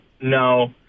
No